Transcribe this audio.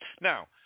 Now